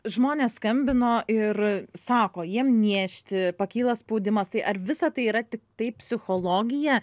žmonės skambino ir sako jiem niežti pakyla spaudimas tai ar visa tai yra tiktai psichologija